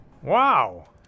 Wow